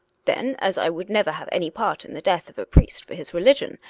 then, as i would never have any part in the death of a priest for his religion,